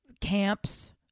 camps